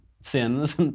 sins